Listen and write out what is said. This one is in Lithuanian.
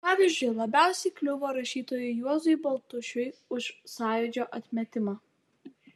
pavyzdžiui labiausiai kliuvo rašytojui juozui baltušiui už sąjūdžio atmetimą